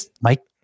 Mike